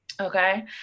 Okay